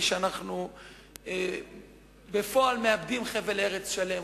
היא שבפועל אנחנו מאבדים חבל ארץ שלם,